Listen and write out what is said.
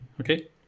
Okay